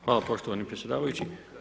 Hvala poštovani predsjedavajući.